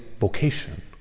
vocation